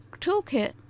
Toolkit